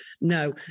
No